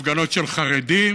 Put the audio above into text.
בהפגנות של חרדים,